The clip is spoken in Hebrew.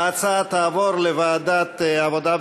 ההצעה תעבור לוועדת העבודה,